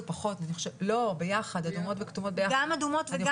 לא, ביחד, אדומות וכתומות ביחד.